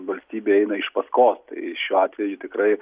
valstybė eina iš paskos tai šiuo atveju tikrai